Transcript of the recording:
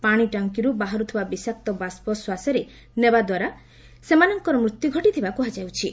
ପାଣି ଟାଙ୍କିରୁ ବାହାରୁଥିବା ବିଷାକ୍ତ ବାଷ୍ପ ଶ୍ୱାସରେ ନେବା ଦ୍ୱାରା ସେମାନଙ୍କର ମୃତ୍ୟୁ ଘଟିଥିବା କୁହାଯାଉଛି